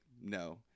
No